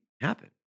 happen